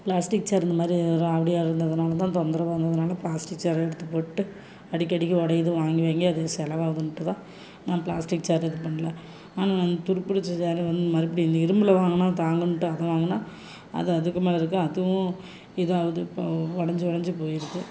plastic chair இந்தமாதிரி ராவுடியாக இருந்ததினால தான் தொந்தரவாக இருந்ததினால பிளாஸ்டிக் சேரை எடுத்துப் போட்டு அடிக்கடிக்கி உடையிது வாங்கி வாங்கி அது செலவாகுதுன்ட்டு தான் நான் ப்ளாஸ்டிக் சேர் இது பண்ணல ஆனால் அந்த துருப்பிடிச்ச சேரை வந்து மறுபடி இந்த இரும்பில் வாங்கினா தாங்கும்ட்டு அதை வாங்கினா அது அதுக்கும் மேல் இருக்குது அதுவும் இதாகுது இப்போ ஒடஞ்சு ஒடஞ்சு போயிடுது